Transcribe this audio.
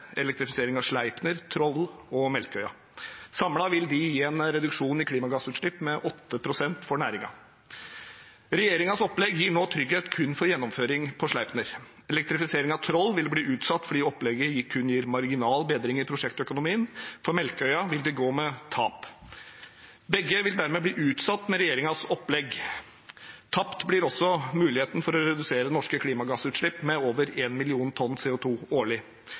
elektrifisering av Sleipner, Troll og Melkøya. Samlet vil de gi en reduksjon i klimagassutslipp på 8 pst. for næringen. Regjeringens opplegg gir nå trygghet kun for gjennomføring på Sleipner. Elektrifisering av Troll vil bli utsatt fordi opplegget kun gir marginal bedring i prosjektøkonomien. På Melkøya vil det gå med tap. Begge vil dermed bli utsatt med regjeringens opplegg. Tapt blir også muligheten for å redusere norske klimagassutslipp med over én million tonn CO 2 årlig.